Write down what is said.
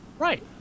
Right